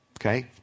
okay